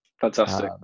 Fantastic